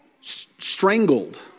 strangled